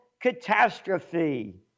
catastrophe